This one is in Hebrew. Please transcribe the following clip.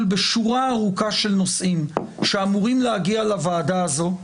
בשורה ארוכה של נושאים שאמורים להגיע לוועדה הזאת.